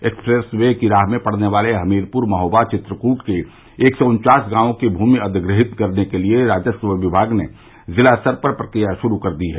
express वे की राह में पड़ने वाले हमीरपुर महोबा चित्रकूट के एक सौ उन्वास गांवो की भूमि अधिग्रहीत करने के लिये राजस्व विमाग ने जिला स्तर पर प्रक्रिया शुरू कर दी है